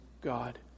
God